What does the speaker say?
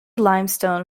limestone